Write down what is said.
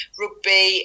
rugby